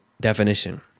definition